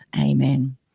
Amen